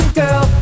girl